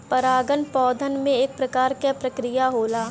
परागन पौधन में एक प्रकार क प्रक्रिया होला